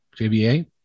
JBA